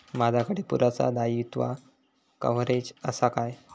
माजाकडे पुरासा दाईत्वा कव्हारेज असा काय?